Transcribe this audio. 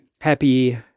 happy